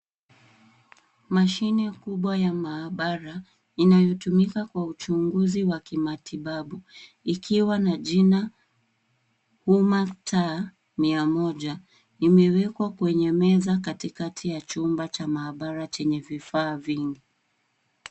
Mashine kubwa ya maabara, inayotumika kwa uchunguzi wa kimatibabu, ikiwa na jina wumaktaa mia moja. Imewekwa kwenye meza katikati ya chumba cha maabara chenye vifaa vingi.